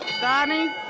Donnie